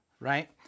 right